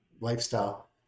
lifestyle